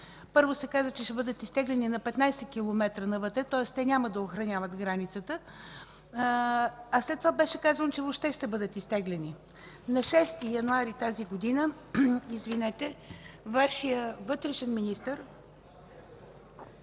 Първо се каза, че ще бъдат изтеглени на 15 километра навътре, тоест те няма да охраняват границата, а след това беше казано, че въобще ще бъдат изтеглени. На 6 януари тази година Вашият вътрешен министър